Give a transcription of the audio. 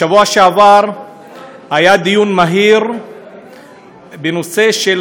בשבוע שעבר היה דיון מהיר בנושא של